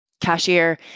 cashier